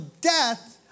death